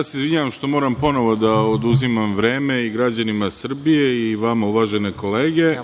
Izvinjavam se što moram ponovo da oduzimam vreme, i građanima Srbije i vama uvažene kolege,